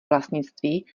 vlastnictví